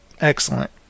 Excellent